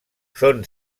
són